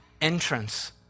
entrance